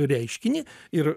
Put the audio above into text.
reiškinį ir